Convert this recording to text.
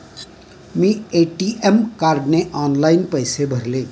मी ATM कार्डने online पैसे भरले